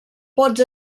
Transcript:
pots